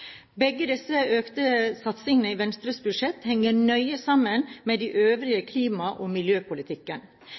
Begge disse økte satsingene i Venstres budsjett henger nøye sammen med den øvrige klima- og miljøpolitikken.